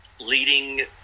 leading